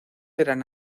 eran